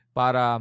para